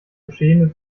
geschehene